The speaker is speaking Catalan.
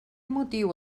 motiu